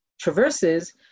traverses